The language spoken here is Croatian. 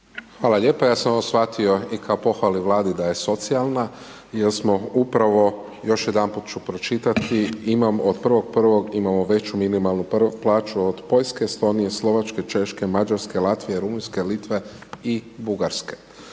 Hvala lijepa. Ja sam ovo shvatio i kao pohvalu Vladi da je socijalna jer smo upravo još jedanput ću pročitati imam, od 1.1. imamo veću minimalnu plaću od Poljske, Estonije, Slovačke, Češke, Mađarske, Latvije, Rumunjske, Litve i Bugarske.